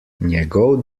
njegov